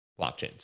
blockchains